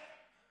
אדוני